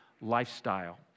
lifestyle